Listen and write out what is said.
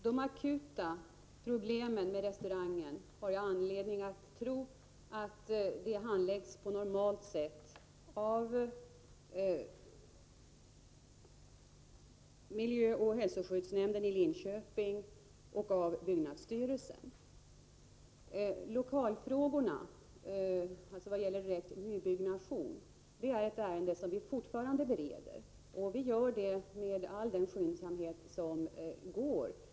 Herr talman! Jag har anledning att tro att de akuta problemen med restaurangen handläggs på normalt sätt av miljöoch hälsoskyddsnämnden i Linköping och byggnadsstyrelsen. Lokalfrågorna som gäller direkt nybyggnation är ett ärende som vi fortfarande bereder. Vi gör det med all den skyndsamhet vi är mäktiga.